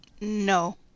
no